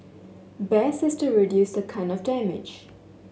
best is to reduce the kind of damage